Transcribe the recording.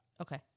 Okay